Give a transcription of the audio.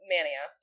Mania